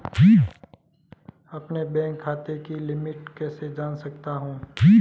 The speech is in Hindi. अपने बैंक खाते की लिमिट कैसे जान सकता हूं?